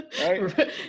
right